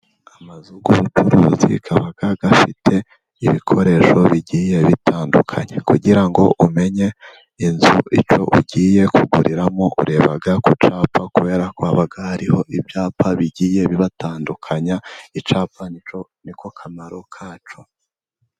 Amazu y'ubucuruzi abaga afite ibikoresho bigiye bitandukanye. Kugira ngo umenye inzu icyo ugiye kuguriramo ureba ku cyapa, kubera ko haba hariho ibyapa bigiye bibatandukanye, icyapa niko kamaro kacyo.